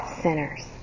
sinners